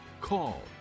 call